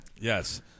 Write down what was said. Yes